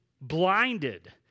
blinded